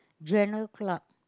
general clerk